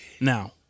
Now